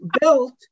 built